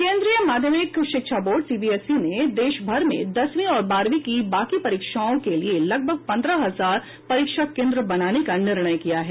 केन्द्रीय माध्यमिक शिक्षा बोर्ड सीबीएसई ने देश भर में दसवीं और बारहवीं की बाकी परीक्षाओं के लिए लगभग पन्द्रह हजार परीक्षा केन्द्र बनाने का निर्णय किया है